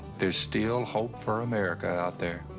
there's still hope for america out there.